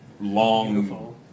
long